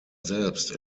selbst